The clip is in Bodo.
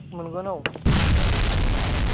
मोनगोन औ मोनजोबगोन